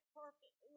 perfect